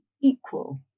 equal